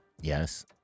Yes